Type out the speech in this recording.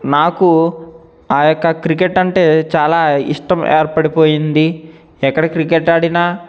నాకు ఆయొక్క క్రికెట్ అంటే చాలా ఇష్టం ఏర్పడిపోయింది ఎక్కడ క్రికెట్ ఆడినా